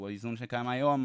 שהוא האיזון שקיים היום,